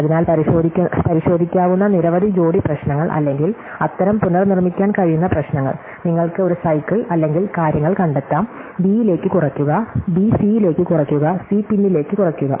അതിനാൽ പരിശോധിക്കാവുന്ന നിരവധി ജോഡി പ്രശ്നങ്ങൾ അല്ലെങ്കിൽ അത്തരം പുനർനിർമ്മിക്കാൻ കഴിയുന്ന പ്രശ്നങ്ങൾ നിങ്ങൾക്ക് ഒരു സൈക്കിൾ അല്ലെങ്കിൽ കാര്യങ്ങൾ കണ്ടെത്താം ബിയിലേക്ക് കുറയ്ക്കുക ബി സിയിലേക്ക് കുറയ്ക്കുക സി പിന്നിലേക്ക് കുറയ്ക്കുക